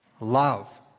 Love